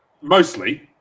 Mostly